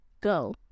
go